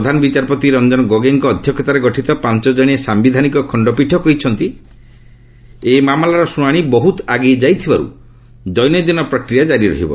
ପ୍ରଧାନ ବିଚାରପତି ରଞ୍ଜନ ଗୋଗୋଇଙ୍କ ଅଧ୍ୟକ୍ଷତାରେ ଗଠିତ ପାଞ୍ଚକଣିଆ ସାୟିଧାନିକ ଖଣ୍ଡପୀଠ କହିଛନ୍ତି ଏହି ମାମଲାର ଶୁଣାଣି ବହୁତ ଆଗେଇ ଯାଇଥିବାରୁ ଦୈନନ୍ଦିନ ପ୍ରକ୍ରିୟା ଜାରି ରହିବ